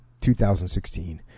2016